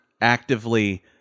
actively